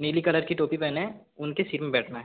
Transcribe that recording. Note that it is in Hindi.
नीली कलर की टोपी पहने हैं उनकी सीट में बैठना है